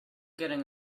getting